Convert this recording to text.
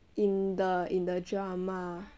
in the in the drama